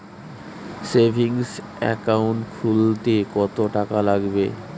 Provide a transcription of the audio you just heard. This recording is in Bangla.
সেভিংস একাউন্ট খুলতে কতটাকা লাগবে?